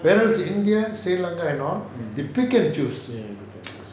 whereas in india sri lanka and all they pick and choose